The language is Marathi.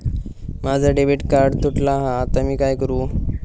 माझा डेबिट कार्ड तुटला हा आता मी काय करू?